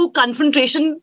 confrontation